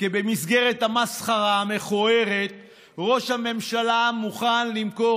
כי במסגרת המסחרה המכוערת ראש הממשלה מוכן למכור